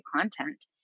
content